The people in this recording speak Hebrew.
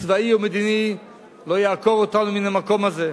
צבאי או מדיני לא יעקור אותנו מן המקום הזה.